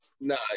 No